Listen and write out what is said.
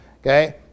okay